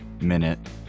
minute